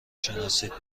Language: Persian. شناسید